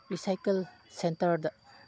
recycle ꯁꯦꯟꯇꯔꯗ